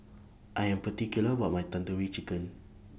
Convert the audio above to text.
I Am particular about My Tandoori Chicken